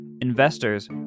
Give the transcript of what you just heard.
Investors